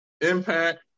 impact